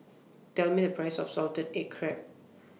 Tell Me The Price of Salted Egg Crab